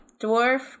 dwarf